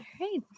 right